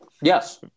Yes